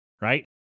right